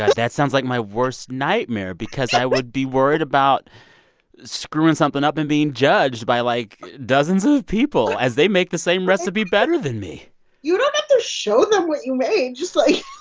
but that sounds like my worst nightmare because i would be worried about screwing something up and being judged by, like, dozens of people as they make the same recipe better than me you don't have to show them what you made. just like.